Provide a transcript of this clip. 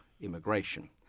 immigration